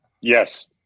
yes